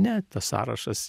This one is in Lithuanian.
ne tas sąrašas